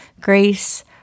grace